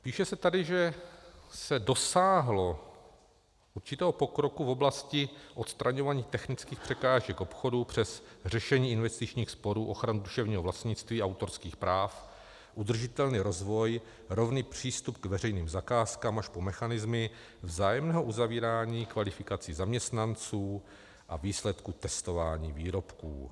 Píše se tady, že se dosáhlo určitého pokroku v oblasti odstraňování technických překážek obchodu přes řešení investičních sporů, ochranu duševního vlastnictví a autorských práv, udržitelný rozvoj, rovný přístup k veřejným zakázkám až po mechanismy vzájemného uzavírání kvalifikací zaměstnanců a výsledků testování výrobků.